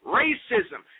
racism